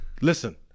Listen